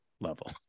level